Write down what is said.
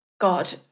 God